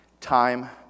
time